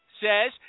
says